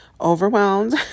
overwhelmed